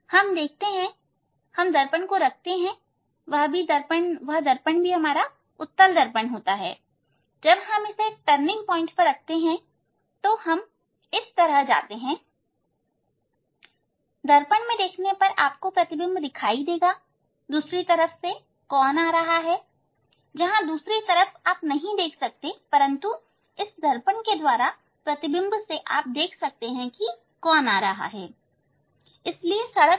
हम देखते हैं हम दर्पण को रखते हैं वह दर्पण भी उत्तल दर्पण है टर्निंग पॉइंट पर तो हम इस तरह जाते हैं दर्पण में देखने पर आपको प्रतिबिंब दिखाई देगा दूसरी तरफ से कौन आ रहा है जहां दूसरी तरफ आप नहीं देख सकते परंतु इस दर्पण के द्वारा प्रतिबिंब से आप देख सकते हैं कि कौन आ रहा है इसलिए सड़क पर